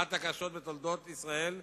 אחת הקשות בתולדות ישראל.